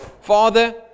Father